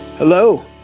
Hello